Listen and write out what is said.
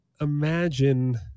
imagine